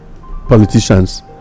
politicians